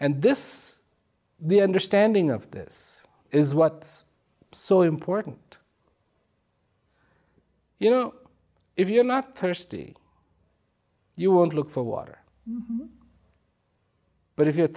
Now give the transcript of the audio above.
and this the understanding of this is what's so important you know if you're not thirsty you won't look for water but if you're